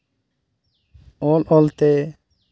ᱚᱞ ᱚᱞᱛᱮ